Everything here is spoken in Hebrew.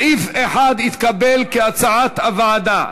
סעיף 1 התקבל כהצעת הוועדה.